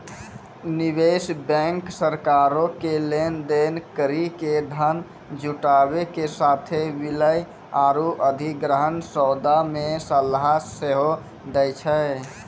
निवेश बैंक सरकारो के लेन देन करि के धन जुटाबै के साथे विलय आरु अधिग्रहण सौदा मे सलाह सेहो दै छै